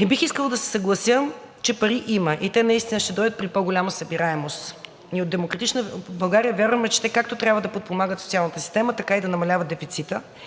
Не бих искала да се съглася, че пари има и те наистина ще дойдат при по-голяма събираемост. Ние от „Демократична България“ вярваме, че те трябва както да подпомагат социалната система, така и да намаляват дефицита